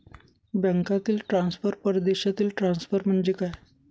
बँकांतील ट्रान्सफर, परदेशातील ट्रान्सफर म्हणजे काय?